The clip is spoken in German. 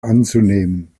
anzunehmen